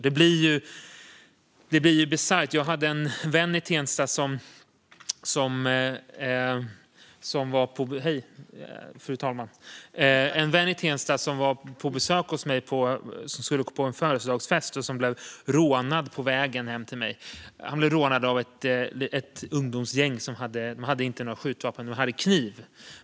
Det blir bisarrt. Jag hade en vän i Tensta som var på besök hos mig och som skulle på en födelsedagsfest och blev rånad på vägen hem till mig. Han blev rånad av ett ungdomsgäng. De hade inte några skjutvapen, utan de hade kniv.